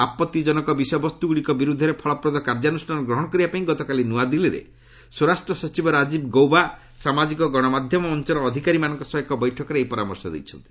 ଆପତ୍ତିଜନକ ବିଷୟବସ୍ତୁଗୁଡ଼ିକ ବିରୁଦ୍ଧରେ ଫଳପ୍ରଦ କାର୍ଯ୍ୟାନ୍ରଷ୍ଠାନ ଗ୍ରହଣ କରିବା ପାଇଁ ଗତକାଲି ନ୍ରଆଦିଲ୍ଲୀରେ ସ୍ୱରାଷ୍ଟ୍ରସଚିବ ରାଜୀବ ଗୌବା ସାମାଜିକ ଗଣମାଧ୍ୟମ ମଞ୍ଚର ଅଧିକାରୀମାନଙ୍କ ସହ ଏକ ବୈଠକରେ ଏହି ପରାମର୍ଶ ଦେଇଛନ୍ତି